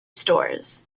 stores